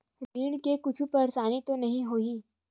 ऋण से कुछु परेशानी तो नहीं होही?